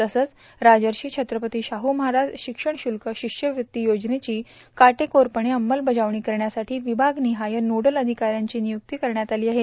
तसंच राजर्षी छत्रपती शाहू महाराज शिक्षण शुल्क शिष्यवृत्ती योजनेची काटेकोरपणे अंमलबजावणी करण्यासाठी विभागनिहाय नोडल अधिकाऱ्यांची निय्रक्ती करण्यात आली आहे